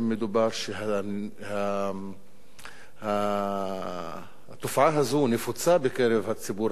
מדובר שהתופעה הזאת נפוצה בקרב הציבור